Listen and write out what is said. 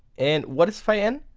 and what is phi n.